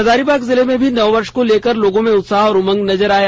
हजारीबाग जिले में भी नववर्ष को लेकर लोगों में उत्साह और उमंग नजर आया